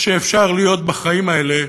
זה שאפשר להיות בחיים האלה